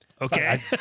Okay